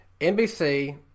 NBC